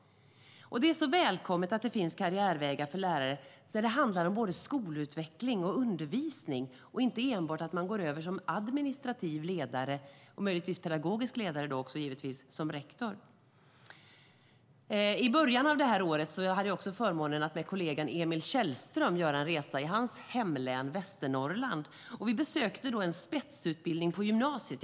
Det är så välkommet att det finns karriärvägar för lärare som handlar om både skolutveckling och undervisning och inte enbart om möjligheten att bli administrativ ledare och möjligtvis pedagogisk ledare, som rektor. I början av det här året hade jag också förmånen att med kollegan Emil Källström göra en resa i hans hemlän Västernorrland. Vi besökte då en spetsutbildning på gymnasiet.